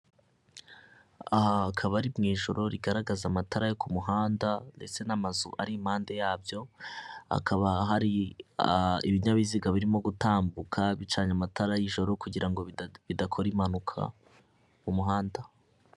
Aha hakaba ari mu ijoro rigaragaza amatara yo ku muhanda ndetse n'amazu ari impande yabyo, hakaba hari ibinyabiziga birimo gutambuka bicanye amatara y'ijoro kugira bidakora impanuka mu muhanda.